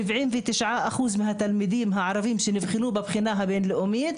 79% מהתלמידים הערבים שנבחנו בבחינה הבין-לאומית